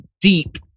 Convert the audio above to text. deep